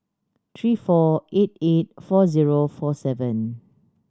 three four eight eight four zero four seven